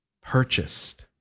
Purchased